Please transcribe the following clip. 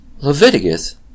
Leviticus